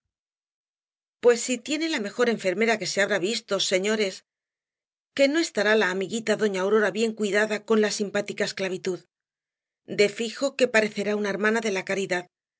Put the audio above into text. pues si tiene la mejor enfermera que se habrá visto señores que no estará la amiguita doña aurora bien cuidada con la simpática esclavitud de fijo que parecerá una hermana de la caridad